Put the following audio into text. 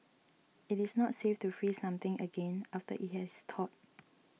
it is not safe to freeze something again after it has thawed